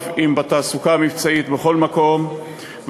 ואת הערכת המצב הדמוגרפית נקיים מדי שנה בשנה.